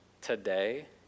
today